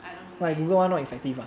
I don't know leh